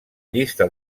llista